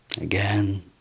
Again